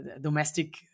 domestic